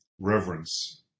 reverence